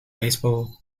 baseball